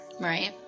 right